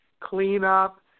cleanup